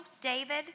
David